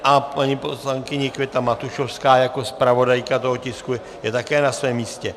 A paní poslankyně Květa Matušovská jako zpravodajka toho tisku je také na svém místě.